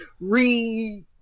re